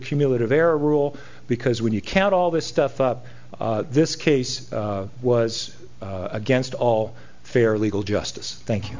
cumulative error rule because when you count all this stuff up this case was against all fair legal justice thank you